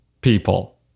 people